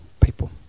people